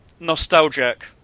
Nostalgic